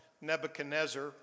Nebuchadnezzar